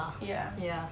ya